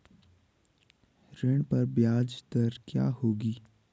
ऋण पर ब्याज दर क्या होगी?